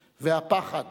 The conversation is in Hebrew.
והפחד,